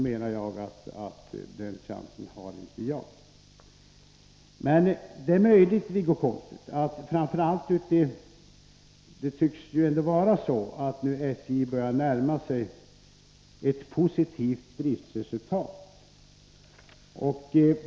Den chansen har inte jag nu. Det tycks vara så att SJ nu börjar närma sig ett positivt driftsresultat.